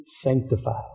sanctified